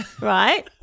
right